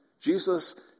Jesus